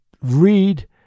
read